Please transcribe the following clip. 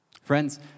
Friends